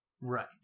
Right